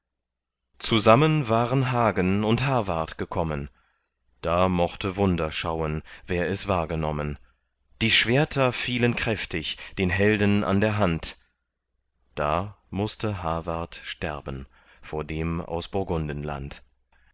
zusammen waren hagen und hawart gekommen da mochte wunder schauen wer es wahrgenommen die schwerter fielen kräftig den helden an der hand da mußte hawart sterben vor dem aus